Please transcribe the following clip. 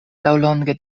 laŭlonge